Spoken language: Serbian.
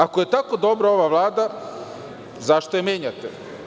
Ako je tako dobra ova vlada, zašto je menjate?